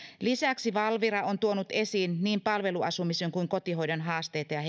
lisäksi valvira on tuonut esiin niin palveluasumisen kuin kotihoidon haasteita ja